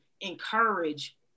encourage